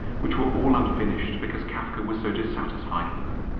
which were all unfinished because kafka was so dissatisfied with them.